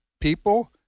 people